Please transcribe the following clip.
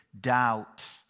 doubt